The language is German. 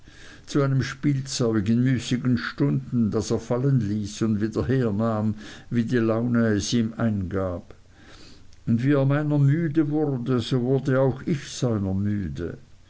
zu einem spielzeug in müßigen stunden das er fallen ließ und wieder hernahm wie die laune es ihm eingab und wie er meiner müde wurde so wurde auch ich seiner müde